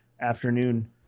afternoon